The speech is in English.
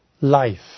life